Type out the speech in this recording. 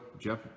Jeff